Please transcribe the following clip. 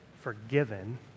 forgiven